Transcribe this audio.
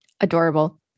Adorable